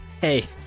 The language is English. hey